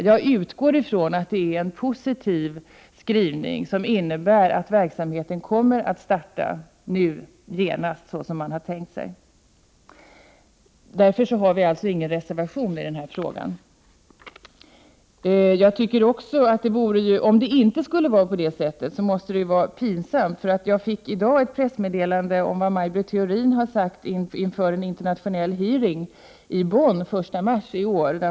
Jag utgår från att det är en positiv skrivning, som innebär att verksamheten kommer att starta nu genast, såsom man har tänkt sig. Därför har vi ingen reservation i denna fråga. Om det inte skulle vara så måste det vara pinsamt för regeringen. Jag fick i dag ett pressmeddelande om vad Maj Britt Theorin sade inför en internationell hearing i Bonn den 1 mars i år.